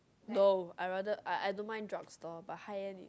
no I rather I I don't mind drugstore but high end